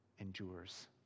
endures